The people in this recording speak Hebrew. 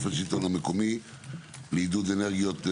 השלטון המקומי לעידוד אנרגיות מתחדשות.